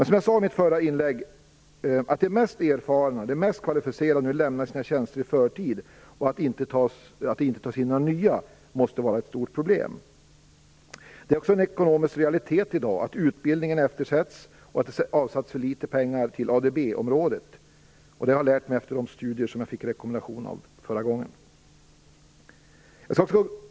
Som jag sade i mitt förra inlägg måste det vara ett stort problem att de mest erfarna, de mest kvalificerade nu lämnar sina tjänster i förtid och att det inte tas in några nya. Det är också en ekonomisk realitet i dag att utbildningen eftersätts och att det avsatts för lite pengar till ADB-området. Det har jag lärt mig efter de studier jag fick rekommendation om förra gången vi debatterade frågan.